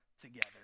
together